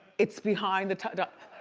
it's behind the ta-ta.